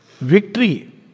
Victory